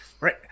Right